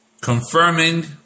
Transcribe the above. confirming